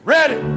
Ready